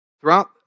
throughout